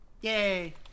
Yay